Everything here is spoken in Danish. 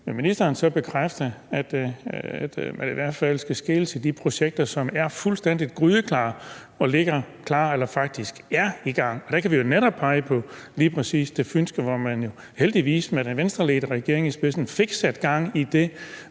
ministeren så bekræfte, at man i hvert fald skal skele til de projekter, som er fuldstændig grydeklar, ligger klar eller faktisk er i gang? Og der kan vi jo netop pege på lige præcis det fynske, hvor man heldigvis med en Venstreledet regering i spidsen fik sat gang i